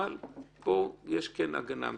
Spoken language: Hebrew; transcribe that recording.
אבל פה יש הגנה מסוימת.